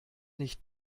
nicht